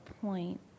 point